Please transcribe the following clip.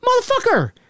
Motherfucker